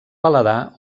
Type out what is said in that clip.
paladar